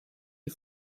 you